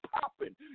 popping